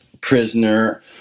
prisoner